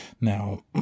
Now